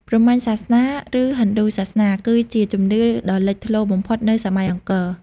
ព្រហ្មញ្ញសាសនា ឬហិណ្ឌូសាសនា គឺជាជំនឿដ៏លេចធ្លោបំផុតនៅសម័យអង្គរ។